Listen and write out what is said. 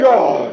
God